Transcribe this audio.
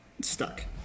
stuck